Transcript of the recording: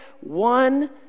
one